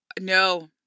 No